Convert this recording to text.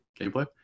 gameplay